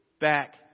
back